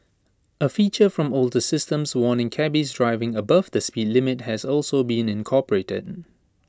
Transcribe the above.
A feature from older systems warning cabbies driving above the speed limit has also been incorporated